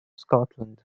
scotland